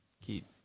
keep